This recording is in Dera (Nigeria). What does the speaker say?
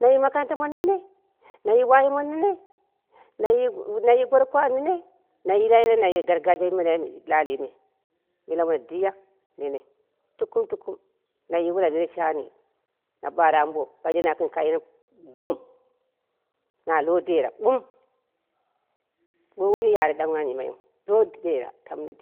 Nayu makaranta mono nene nayu wayo mono nene na ye gorokwan nene nayu yilayila nayu gargajija nene lalime mila mono diya nene tukum tukum nayu wula mono nene shani na ɓare ambo ɓanje na gɨn karuyan gum, na lo dera ɓul woi woni yare ɗang am yimaiyiu moot dera tamno